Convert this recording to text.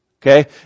Okay